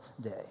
day